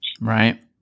Right